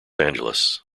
angeles